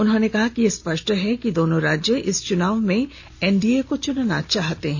उन्होंने कहा कि यह स्पष्ट है कि दोनों राज्य इस च्नाव में एनडीए को च्नना चाहते हैं